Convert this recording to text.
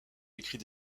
écrit